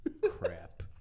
crap